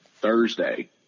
Thursday